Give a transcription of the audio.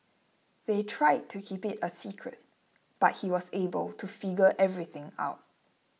they tried to keep it a secret but he was able to figure everything out